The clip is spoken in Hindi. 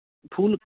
फूल